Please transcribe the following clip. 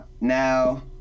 now